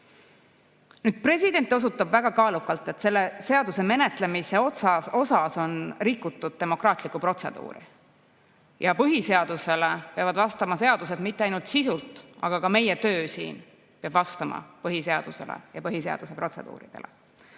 parandada. President osutab väga kaalukalt, et selle seaduse menetlemisel on rikutud demokraatlikku protseduuri. Põhiseadusele peavad vastama seadused mitte ainult sisult, vaid ka meie töö siin peab vastama põhiseadusele ja põhiseaduse protseduuridele.